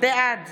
בעד